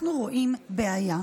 אנחנו רואים בעיה.